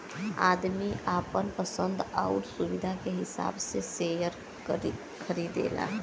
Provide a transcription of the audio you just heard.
आदमी आपन पसन्द आउर सुविधा के हिसाब से सेअर खरीदला